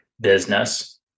business